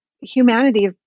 humanity